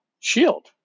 shield